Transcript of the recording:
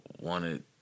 wanted